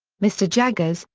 mr. jaggers,